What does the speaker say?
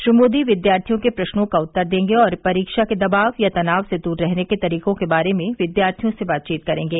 श्री मोदी विद्यार्थियों के प्रश्नों का उत्तर देंगे और परीक्षा के दबाव या तनाव से दूर रहने के तरीकों के बारे में विद्यार्थियों से बातचीत करेंगे